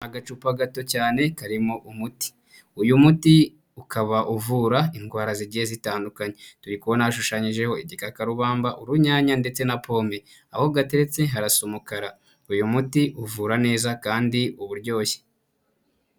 Agacupa gato cyane karimo umuti, uyu muti ukaba uvura indwara zigiye zitandukanye, turi kubona hashushanyijeho igikakarubamba, urunyanya ndetse na pome, aho gateretse harasa umukara, uyu muti uvura neza kandi uba uryoshye.